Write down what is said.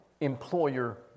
employer